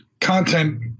Content